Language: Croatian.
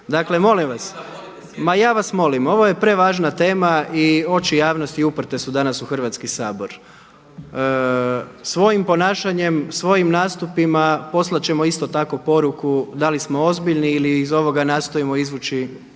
Dakle, molim vas. Ma ja vas molim, ovo je prevažna tema i oči javnosti uprte su danas u Hrvatski sabor. Svojim ponašanjem, svojim nastupima poslat ćemo isto tako poruku da li smo ozbiljni ili iz ovoga nastojimo izvući